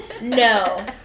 no